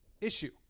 issue